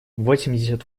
восемьдесят